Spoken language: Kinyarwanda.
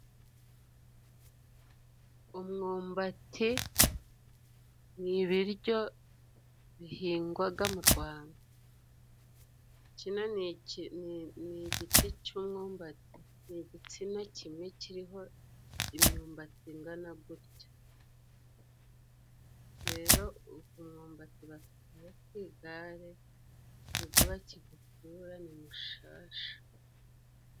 Umwumbati ni ibiryo bihingwaga mu Rwanda，kino ni igiti cy'umwumbati， ni igitsina kimwe kiriho imyumbati ingana gutya， rero ukumba tugaye ku igare ntibwo kigukura nimushashe.